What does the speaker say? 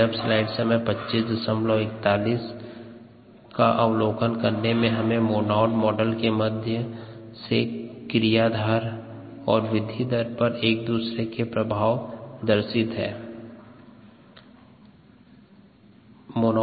सन्दर्भ स्लाइड समय 2541 में मोनोड मॉडल के माध्यम से क्रियाधार और वृद्धि दर पर एक दूसरे का प्रभाव दर्शाता है